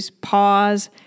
pause